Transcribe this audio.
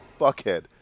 fuckhead